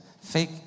fake